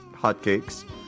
hotcakes